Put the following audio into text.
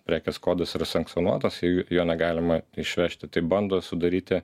prekės kodas yra sankcionuotas jei jo negalima išvežti tai bando sudaryti